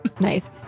nice